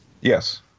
Yes